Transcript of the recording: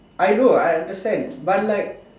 I know I understand but like